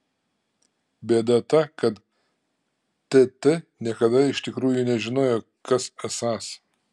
bėda ta kad tt niekada iš tikrųjų nežinojo kas esąs